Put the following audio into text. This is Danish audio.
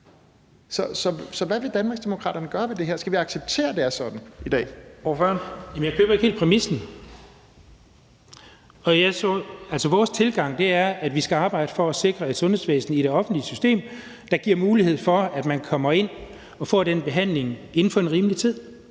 (Leif Lahn Jensen): Ordføreren. Kl. 12:29 Jens Henrik Thulesen Dahl (DD): Jeg køber ikke helt præmissen. Vores tilgang er, at vi skal arbejde for at sikre et sundhedsvæsen i det offentlige system, der giver mulighed for, at man kommer ind og får den behandling inden for en rimelig tid.